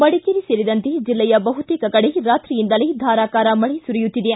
ಮಡಿಕೇರಿ ಸೇರಿದಂತೆ ಜಿಲ್ಲೆಯ ಬಹುತೇಕ ಕಡೆ ರಾತ್ರಿಯಿಂದಲೇ ಧಾರಾಕಾರ ಮಳೆ ಸುರಿಯುತ್ತಿದೆ